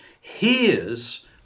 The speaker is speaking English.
hears